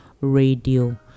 Radio